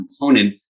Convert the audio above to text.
component